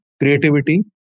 creativity